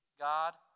God